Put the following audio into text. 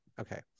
Okay